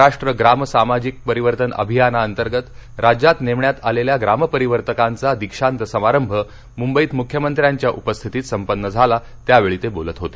महाराष्ट्र ग्राम सामाजिक परिवर्तन अभियानांतर्गत राज्यात नेमण्यात आलेल्या ग्रामपरिवर्तकांचा दीक्षान्त समारंभ मुंबईत मुख्यमंत्र्यांच्या उपस्थितीत संपन्न झाला त्यावेळी ते बोलत होते